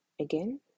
again